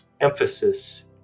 emphasis